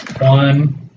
One